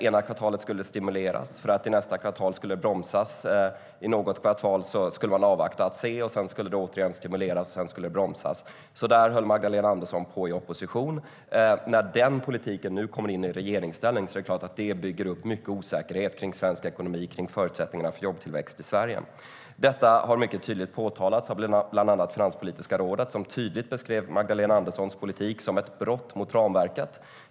Ena kvartalet skulle det stimuleras för att det i nästa kvartal skulle bromsas. Under något kvartal skulle man avvakta och se. Åtgärder skulle stimuleras och sedan bromsas. Så där höll Magdalena Andersson på i opposition. När denna politik nu kommer in i regeringsställning är det klart att det bygger upp mycket osäkerhet kring svensk ekonomi och förutsättningarna för jobbtillväxt i Sverige. Detta har mycket tydligt påtalats av bland annat Finanspolitiska rådet, som tydligt beskrev Magdalena Anderssons politik som ett brott mot ramverket.